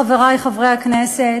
חברי חברי הכנסת,